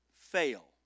fail